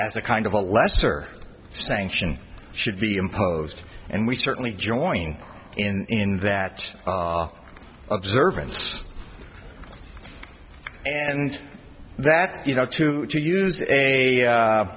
that's a kind of a lesser sanction should be imposed and we certainly joining in that observance and that you know to to use a